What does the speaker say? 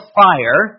fire